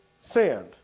sand